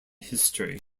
history